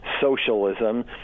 socialism